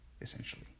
essentially